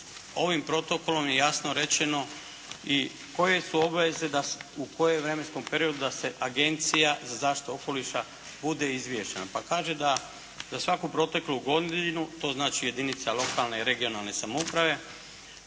ovim protokolom je jasno rečeno i koje su obveze, u kojem vremenskom periodu da se Agencija za zaštitu okoliša bude izvješćena. Pa kaže da svaku proteklu godinu, to znači jedinica lokalne i regionalne samouprave,